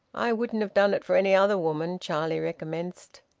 i wouldn't have done it for any other woman, charlie recommenced.